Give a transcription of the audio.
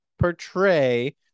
portray